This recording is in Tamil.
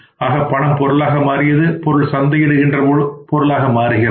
ஆக பணம் பொருளாக மாறியது பொருள் சந்தையிடுகின்ற பொருளாக மாறுகிறது